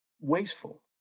wasteful